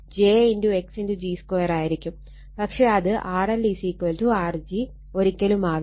പക്ഷെ അത് RLR g ഒരിക്കലും ആവില്ല